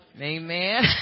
amen